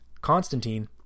Constantine